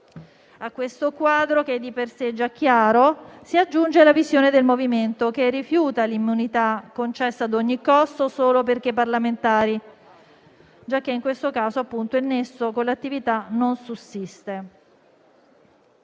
A questo quadro, che è di per sé già chiaro, si aggiunge la visione del MoVimento, che rifiuta l'immunità concessa a ogni costo, solo perché parlamentari, giacché in questo caso appunto il nesso con l'attività non sussiste.